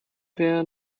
wir